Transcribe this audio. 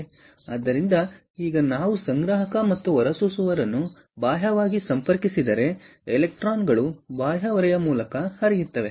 ಆದ್ದರಿಂದ ಈಗ ನಾವು ಸಂಗ್ರಾಹಕ ಮತ್ತು ಹೊರಸೂಸುವವರನ್ನು ಬಾಹ್ಯವಾಗಿ ಸಂಪರ್ಕಿಸಿದರೆ ಎಲೆಕ್ಟ್ರಾನ್ ಗಳು ಬಾಹ್ಯ ಹೊರೆಯ ಮೂಲಕ ಹರಿಯುತ್ತವೆ